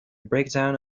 breakdown